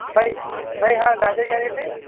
بھائی بھائی ہاں گاجر کیا ریٹ ہے